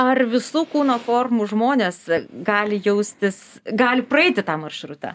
ar visų kūno formų žmonės gali jaustis gali praeiti tą maršrutą